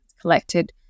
collected